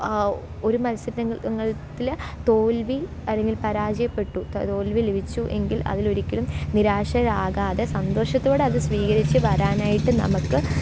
ഒരു മത്സരത്തില് തോല്വി അല്ലെങ്കില് പരാജയപ്പെട്ടു തോല്വി ലഭിച്ചു എങ്കില് അതിലൊരിക്കലും നിരാശരാകാതെ സന്തോഷത്തോടെ അത് സ്വീകരിച്ച് വരാനായിട്ട് നമുക്ക്